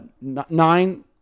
nine